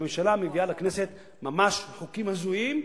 שהממשלה מביאה לכנסת ממש חוקים הזויים,